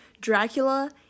Dracula